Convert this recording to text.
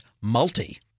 multi